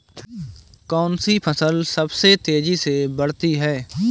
कौनसी फसल सबसे तेज़ी से बढ़ती है?